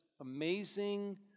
amazing